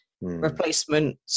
replacement